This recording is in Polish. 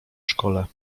szkole